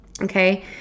Okay